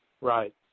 Right